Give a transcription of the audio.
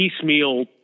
piecemeal